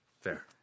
Fair